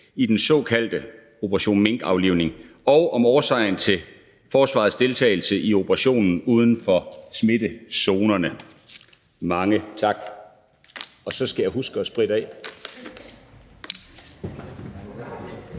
i den såkaldte operation minkaflivning og om årsagerne til forsvarets deltagelse i operationen uden for smittezonerne?«. Mange tak. Og så skal jeg huske at spritte af.